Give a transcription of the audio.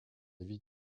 vis